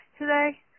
today